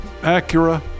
Acura